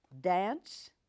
Dance